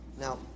Now